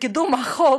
בקידום החוק,